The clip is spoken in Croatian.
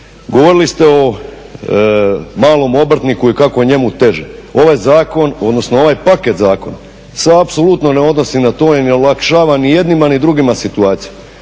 Govorili ste o malom obrtniku i kako je njemu teže. Ovaj zakon, odnosno ovaj paket zakona, se apsolutno ne odnosi na to i ne olakšava ni jednima ni drugima situaciju.